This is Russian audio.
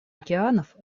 океанов